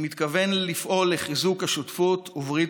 אני מתכוון לפעול לחיזוק השותפות וברית